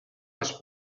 les